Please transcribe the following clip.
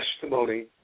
testimony